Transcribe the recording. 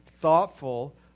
thoughtful